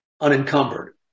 unencumbered